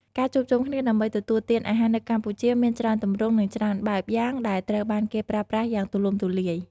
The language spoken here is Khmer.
ការជួបជុំគ្នាដើម្បីទទួលទានអាហារនៅកម្ពុជាមានច្រើនទម្រង់និងច្រើនបែបយ៉ាងដែលត្រូវបានគេប្រើប្រាស់យ៉ាងទូលំទូលាយ។